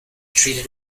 treated